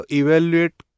evaluate